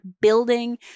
building